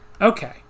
Okay